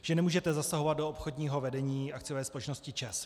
Že nemůžete zasahovat do obchodního vedení akciové společnosti ČEZ.